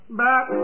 back